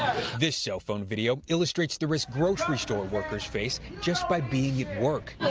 this cell phone video illustrates the risk grocery store workers face just by being at work.